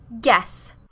Guess